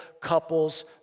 couple's